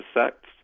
sects